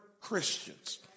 Christians